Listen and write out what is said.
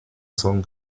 son